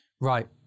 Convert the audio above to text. Right